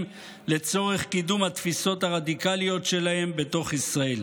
לצורך קידום התפיסות הרדיקליות שלהם בתוך ישראל.